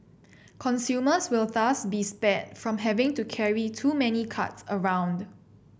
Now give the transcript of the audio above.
consumers will thus be spared from having to carry too many cards around